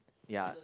ya